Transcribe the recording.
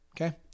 Okay